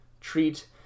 treat